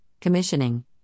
Commissioning